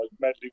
medley